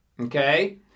Okay